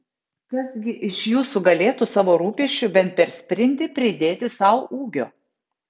kas gi iš jūsų galėtų savo rūpesčiu bent per sprindį pridėti sau ūgio